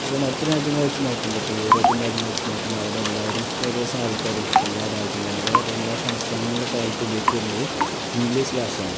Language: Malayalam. അപ്പം മറ്റു രാജ്യങ്ങളെ വച്ചു നോക്കുമ്പോൾ ഇപ്പോൾ യൂറോപ്പ്യൻ രാജ്യങ്ങളിൽ വച്ചു നോക്കുമ്പോൾ അവിടെ എല്ലാവരും ഏകദേശം ആൾക്കാരും എല്ലാ രാജ്യങ്ങളും അല്ലങ്കി അവർ എല്ലാ സംസ്ഥാനങ്ങളിലൊക്കെ ആയിട്ട് ഉപയോഗിച്ചു വരുന്നത് ഇംഗ്ലീഷ് ഭാഷയാണ്